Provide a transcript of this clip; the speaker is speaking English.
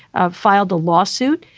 ah filed a lawsuit.